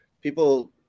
people –